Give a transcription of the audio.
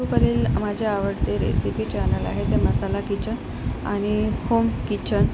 यूट्यूबवरील माझे आवडते recipe channel आहे द मसाला किचन आणि होम किचन